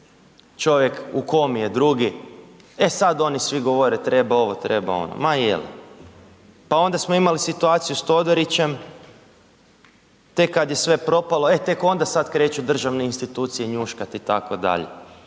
čovjek u komi je drugi, e sad oni svi govore treba ovo, treba ono, ma je li? Pa onda smo mali situaciju sa Todorićem, tek kad je sve propalo, e tek onda sad kreću državne institucije njuškat itd.